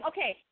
Okay